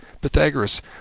Pythagoras